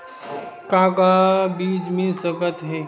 का का बीज मिल सकत हे?